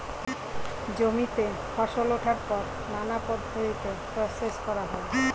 জমিতে ফসল ওঠার পর নানা পদ্ধতিতে প্রসেস করা হয়